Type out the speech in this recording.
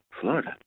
Florida